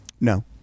No